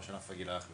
ראש ענף הגיל הרך,